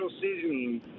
seasoning